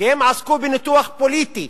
כי הם עסקו בניתוח פוליטי